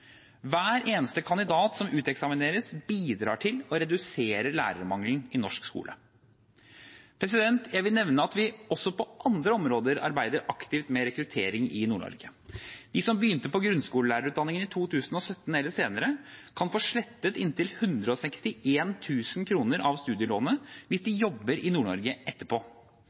Hver eneste kandidat som uteksamineres, bidrar til å redusere lærermangelen i norsk skole. Jeg vil nevne at vi også på andre områder arbeider aktivt med rekruttering til Nord-Norge. De som begynte på grunnskolelærerutdanning i 2017 eller senere, kan få slettet inntil 161 000 kr av studielånet hvis de jobber i Nord-Norge etterpå.